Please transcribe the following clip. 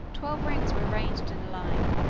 twelve rings were arranged in a line,